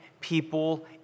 people